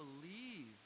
believe